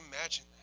imagine